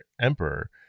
emperor